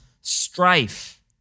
strife